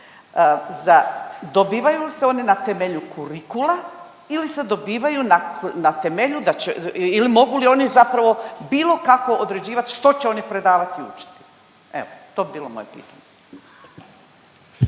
dobivaju na temelju da će ili mogu li oni zapravo bilo kako određivat što će oni predavat i učiti. Evo to bi bilo moje pitanje.